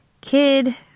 Kid